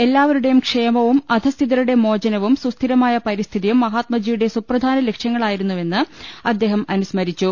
എല്ലാവ രുടെയും ക്ഷേമവും അധസ്ഥിതരുടെ മോചനവും സുസ്ഥിരമായ പരിസ്ഥിതിയും മഹാത്മജിയുടെ സുപ്രധാന ലക്ഷ്യങ്ങളായിരുന്നു വെന്ന് അദ്ദേഹം അനുസ്മരിച്ചു